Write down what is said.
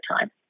time